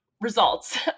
results